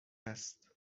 است